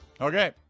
Okay